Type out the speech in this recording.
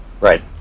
Right